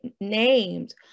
named